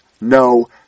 no